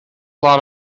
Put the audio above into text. lot